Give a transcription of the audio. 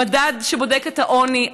המדד שבודק את העוני,